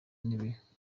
n’igihe